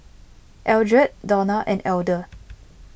Eldred Dawna and Elder